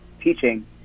teaching